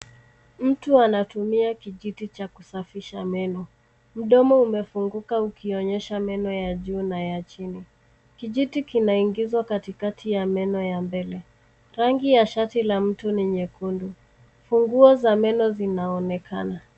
Mtu anatumia kijiti cha kusafisha meno. Mdomo umefunguka ukionyesha meno ya juu na ya chini. Kijiti kinaingizwa katikati ya meno ya mbele. Rangi ya shati la mtu ni nyekundu. Funguo za meno zinaonekana.